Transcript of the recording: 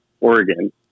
Oregon